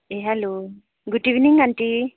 A hello good evening aunty